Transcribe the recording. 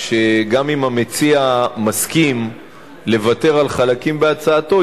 שגם אם המציע מסכים לוותר על חלקים בהצעתו,